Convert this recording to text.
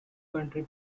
county